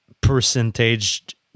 percentage